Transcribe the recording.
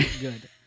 good